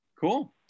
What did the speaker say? Cool